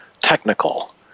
technical